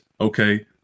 okay